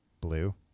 Blue